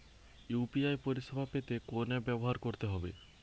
UPI পরিসেবা পেতে কোন অ্যাপ ব্যবহার করতে হবে?